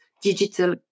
digital